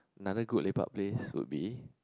another good lepak place would be